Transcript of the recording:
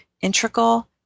Integral